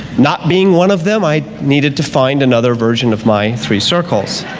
not being one of them i needed to find another version of my three circles.